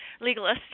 legalist